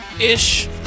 Ish